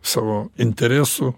savo interesų